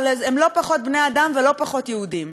אבל הן לא פחות בני-אדם ולא פחות יהודים.